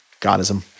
Godism